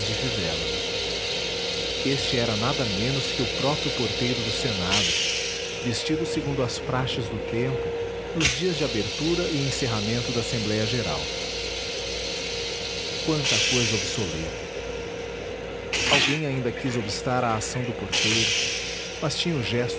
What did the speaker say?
fivela este era nada menos que o próprio porteiro do senado vestido segundo as praxes do tempo nos dias de abertura e encerramento da assembléia geral quanta cousa obsoleta alguém ainda quis obstar à ação do porteiro mas tinha o gesto